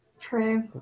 true